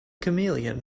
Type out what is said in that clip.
chameleon